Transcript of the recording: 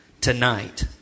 tonight